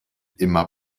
immer